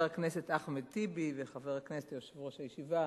הכנסת אחמד טיבי וחבר הכנסת יושב-ראש הישיבה,